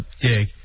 dig